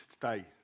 today